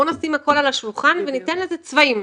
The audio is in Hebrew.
בואו נשים הכול על השולחן וניתן לזה צבעים.